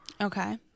Okay